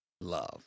love